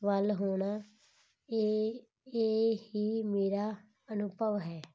ਵੱਲ ਹੋਣਾ ਇਹ ਇਹ ਹੀ ਮੇਰਾ ਅਨੁਭਵ ਹੈ